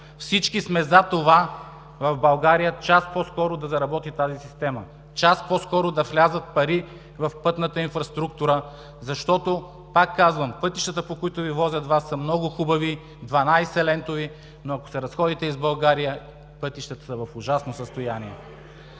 Всички сме за това в България час по-скоро да заработи тази система, час по-скоро да влязат пари в пътната инфраструктура, защото, повтарям, пътищата, по които Ви возят Вас, са много хубави – 12-лентови, но ако се разходите из България, пътищата са в ужасно състояние.